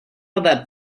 about